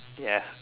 ya